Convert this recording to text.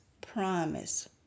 promise